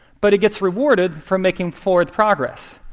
but it gets rewarded for making forward progress.